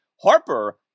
Harper